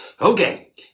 Okay